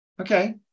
Okay